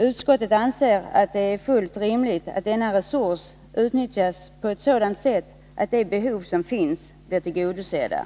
Utskottet anser det fullt rimligt att denna resurs utnyttjas på ett sådant sätt att de föreliggande behoven blir tillgodosedda.